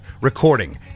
recording